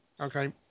Okay